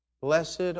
Blessed